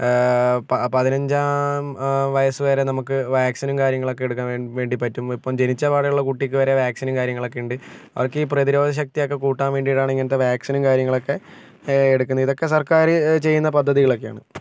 പ പതിനഞ്ചാം വ വയസ്സ് വരെ നമുക്ക് വാക്സിനും കാര്യങ്ങളൊക്കെ എടുക്കാൻ വേ വേണ്ടി പറ്റും ഇപ്പോൾ ജനിച്ച പാടെയുള്ള കുട്ടിക്ക് വരെ വാക്സിനും കാര്യങ്ങളൊക്കെയുണ്ട് അവർക്കീ പ്രതിരോധ ശക്തിയൊക്കെ കൂട്ടാൻ വേണ്ടിയിട്ടാണ് ഇങ്ങനത്തെ വാക്സിനും കാര്യങ്ങളൊക്കെ എടുക്കുന്നത് ഇതൊക്കെ സർക്കാർ ചെയ്യുന്ന പദ്ധതികളൊക്കെയാണ്